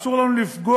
אסור לנו לפגוע,